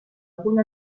punt